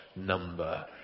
number